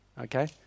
okay